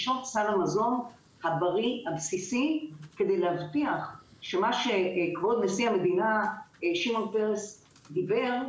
משרד הבריאות ד"ר שרון ברנסבורג צברי